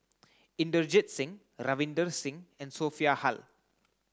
Inderjit Singh Ravinder Singh and Sophia Hull